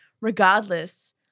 regardless